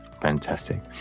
Fantastic